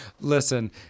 Listen